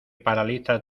paraliza